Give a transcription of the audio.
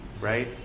right